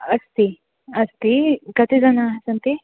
अस्ति अस्ति कति जनाः सन्ति